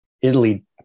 Italy